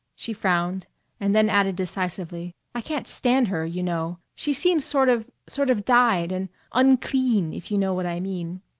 she frowned and then added decisively i can't stand her, you know. she seems sort of sort of dyed and unclean, if you know what i mean.